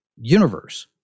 universe